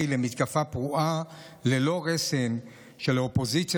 למתקפה פרועה ללא רסן של האופוזיציה